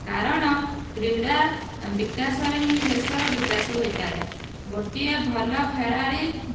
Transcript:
କାରଣ କ୍ରୀଡ଼ା ବିକାଶର ହିଁ ଦେଶର ବିକାଶ ହୋଇଥାଏ ଗୋଟିଏ ଭଲ ଖେଳାଳି